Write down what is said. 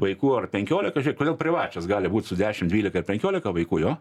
vaikų ar penkiolika žėk kodėl privačios gali būti su dešim dvylika penkiolika vaikų jo